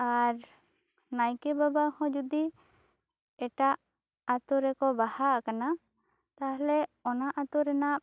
ᱟᱨ ᱱᱟᱭᱠᱮ ᱵᱟᱵᱟ ᱦᱚᱸ ᱡᱚᱫᱤ ᱮᱴᱟᱜ ᱟᱛᱳ ᱨᱮᱠᱚ ᱵᱟᱦᱟ ᱠᱟᱱᱟ ᱛᱟᱦᱚᱞᱮ ᱚᱱᱟ ᱟᱛᱳ ᱨᱮᱱᱟᱜ